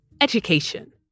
education